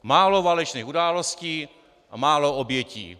Málo válečných událostí a málo obětí.